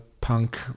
punk